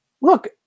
Look